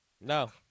no